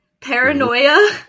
paranoia